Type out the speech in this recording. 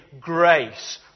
grace